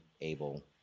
able